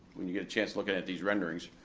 i mean you get a chance looking at these renderings,